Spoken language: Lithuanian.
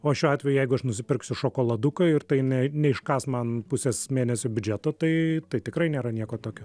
o šiuo atveju jeigu aš nusipirksiu šokoladuką ir tai ne neiškąs man pusės mėnesio biudžeto tai tikrai nėra nieko tokio